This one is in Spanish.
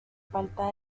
falta